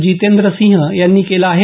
जितेंद्र सिंह यांनी केलं आहे